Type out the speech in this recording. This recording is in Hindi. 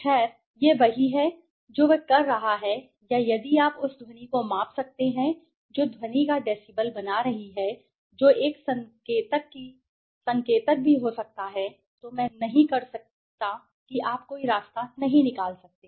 खैर यह वही है जो वह कर रहा है या यदि आप उस ध्वनि को माप सकते हैं जो ध्वनि का डेसीबल बना रही है जो एक संकेतक भी हो सकता है तो मैं नहीं कर सकता कि आप कोई रास्ता नहीं निकाल सकते